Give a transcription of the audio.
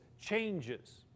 changes